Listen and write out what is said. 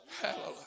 Hallelujah